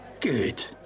Good